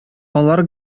алар